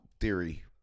theory